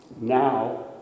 now